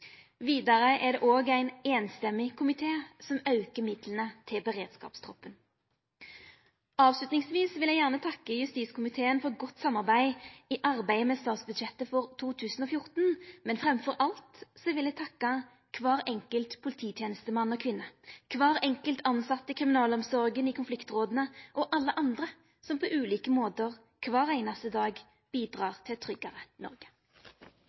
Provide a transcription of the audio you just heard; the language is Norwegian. Vidare er det òg ein samrøystes komité som aukar midlane til beredskapstroppen. Avslutningsvis vil eg gjerne takka justiskomiteen for godt samarbeid i arbeidet med statsbudsjettet for 2014, men framfor alt vil eg takka kvar enkelt polititenestemann og -kvinne, kvar enkelt tilsett i kriminalomsorga, i konfliktråda og alle andre som på ulike måtar kvar einaste dag bidreg til eit tryggare Noreg.